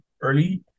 early